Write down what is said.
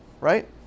right